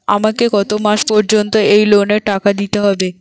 আমাকে কত মাস পর্যন্ত এই লোনের টাকা দিতে হবে?